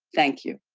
thank you.